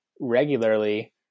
regularly